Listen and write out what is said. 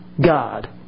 God